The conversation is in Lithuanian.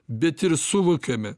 bet ir suvokiame